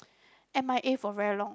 M_I_A for very long